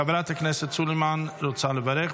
חברת הכנסת סלימאן רוצה לברך,